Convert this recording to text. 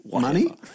Money